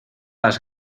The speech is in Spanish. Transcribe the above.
las